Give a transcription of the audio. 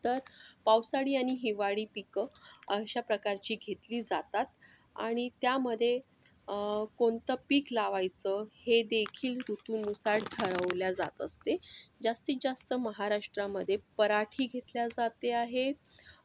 तर पावसाळी आणि हिवाळी पिकं अश्या प्रकारची घेतली जातात आणि त्यामध्ये कोणतं पीक लावायचं हे देखील ऋतुनुसार ठरवले जात असते जास्तीत जास्त महाराष्ट्रामध्ये पराठी घेतली जाते आहे